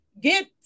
get